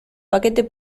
paquete